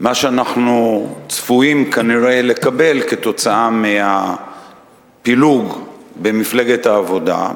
שאנחנו צפויים כנראה לקבל כתוצאה מהפילוג במפלגת העבודה,